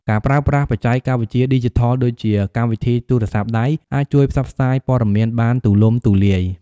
ការប្រើប្រាស់បច្ចេកវិទ្យាឌីជីថលដូចជា កម្មវិធីទូរស័ព្ទដៃ អាចជួយផ្សព្វផ្សាយព័ត៌មានបានទួលំទួលាយ។